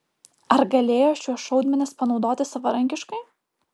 ar galėjo šiuos šaudmenis panaudoti savarankiškai